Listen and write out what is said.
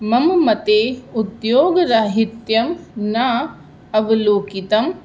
मम मते उद्योगराहित्यं न अवलोकितम्